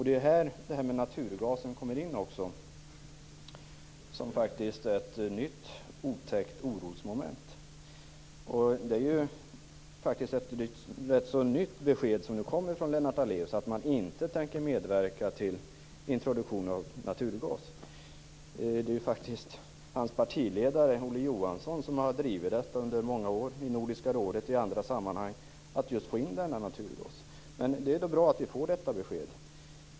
Det är också här naturgasen kommer in som ett nytt otäckt orosmoment. Det är ett rätt så nytt besked som kommer från Lennart Daléus att Centern inte tänker medverka till introduktion av naturgas. Det är faktiskt hans partiledare Olof Johansson som under många år i Nordiska rådet och i många andra sammanhang har drivit att få in just denna naturgas. Det är då bra att vi får detta besked.